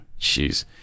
Jeez